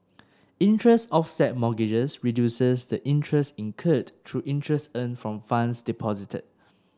interest offset mortgages reduces the interest incurred through interest earned from funds deposited